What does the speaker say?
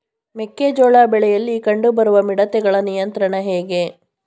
ಮೆಕ್ಕೆ ಜೋಳ ಬೆಳೆಯಲ್ಲಿ ಕಂಡು ಬರುವ ಮಿಡತೆಗಳ ನಿಯಂತ್ರಣ ಹೇಗೆ?